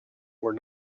were